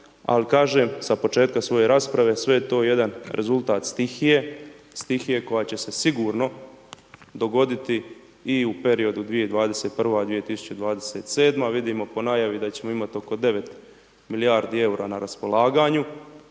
Ali kažem sa početka svoje rasprave sve je to jedan rezultat stihije, stihije koja će se sigurno dogoditi i u periodu 2021., 2027. Vidimo po najavi da ćemo imati oko 9 milijardi eura na raspolaganju.